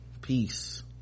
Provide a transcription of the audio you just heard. Peace